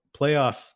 playoff